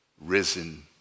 risen